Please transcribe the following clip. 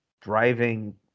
driving